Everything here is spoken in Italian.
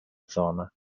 zona